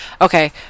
Okay